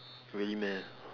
really meh